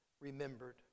remembered